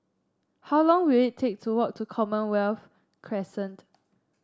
how long will it take to walk to Commonwealth Crescent